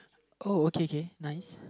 oh okay okay nice